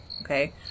okay